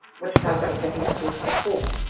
which nobody had ever heard before.